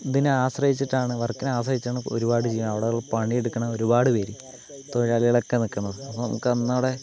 ഇതിനെ ആശ്രയിച്ചിട്ടാണ് വർക്കിനെ ആശ്രയിച്ചാണ് ഒരുപാട് ജനങ്ങൾ അവിടെ പണിയെടുക്കുന്ന ഒരുപാട് പേര് തൊഴിലാളികളൊക്കെ നിൽക്കുന്നത് അപ്പോൾ നമുക്ക് അന്നവിടെ